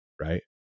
right